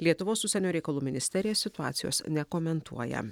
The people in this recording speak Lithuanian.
lietuvos užsienio reikalų ministerija situacijos nekomentuoja